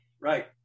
right